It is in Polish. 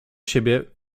siebie